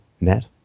net